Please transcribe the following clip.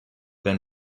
been